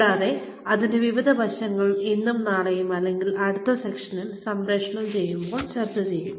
കൂടാതെ അതിന്റെ വിവിധ വശങ്ങൾ ഇന്നും നാളെയും അല്ലെങ്കിൽ അടുത്ത സെഷനിൽ സംപ്രേക്ഷണം ചെയ്യുമ്പോൾ ചർച്ച ചെയ്യും